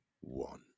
one